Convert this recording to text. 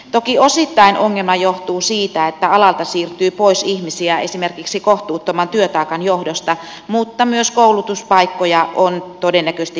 toki osittain ongelma johtuu siitä että alalta siirtyy pois ihmisiä esimerkiksi kohtuuttoman työtaakan johdosta mutta myös koulutuspaikkoja on todennäköisesti liian vähän